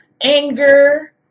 anger